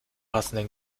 passenden